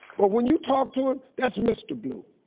but when you talk to him, that's mr. blue.